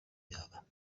دارم